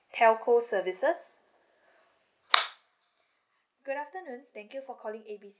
telco services good afternoon thank you for calling A B C